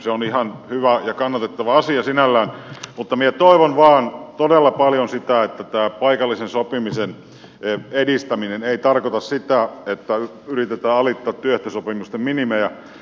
se on ihan hyvä ja kannatettava asia sinällään mutta minä toivon vain todella paljon sitä että tämä paikallisen sopimisen edistäminen ei tarkoita sitä että yritetään alittaa työehtosopimusten minimejä